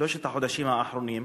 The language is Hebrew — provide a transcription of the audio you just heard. בשלושת החודשים האחרונים,